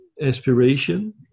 aspiration